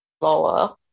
lower